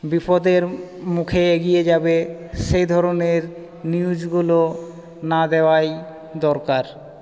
বিপদের মুখে এগিয়ে যাবে সেইধরনের নিউজগুলো না দেওয়াই দরকার